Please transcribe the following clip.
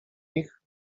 ich